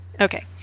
Okay